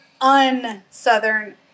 un-Southern